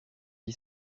vie